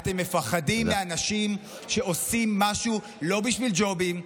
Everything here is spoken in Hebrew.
אתם מפחדים מאנשים שעושים משהו לא בשביל ג'ובים,